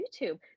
YouTube